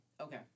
Okay